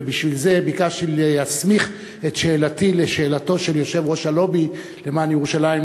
ולכן ביקשתי להסמיך את שאלתי לשאלתו של יושב-ראש הלובי למען ירושלים,